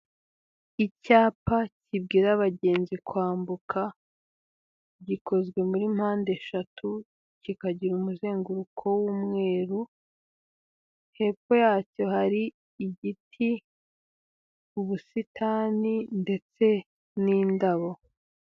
Icyapa kibwira abagenzi kwambuka, gikozwe muri mpande eshatu kikagira umuzenguruko w'umweru, hepfo yacyo hari igiti, ubusitani ndetse n'indabo.